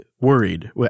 worried